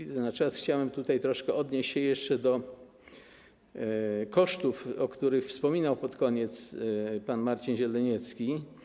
Spoglądam na czas, a chciałem choć troszkę odnieść się jeszcze do kosztów, o których wspominał pod koniec pan Marcin Zieleniecki.